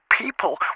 people